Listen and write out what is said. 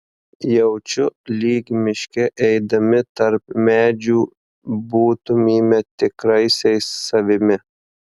jaučiu lyg miške eidami tarp medžių būtumėme tikraisiais savimi